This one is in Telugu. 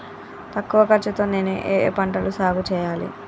తక్కువ ఖర్చు తో నేను ఏ ఏ పంటలు సాగుచేయాలి?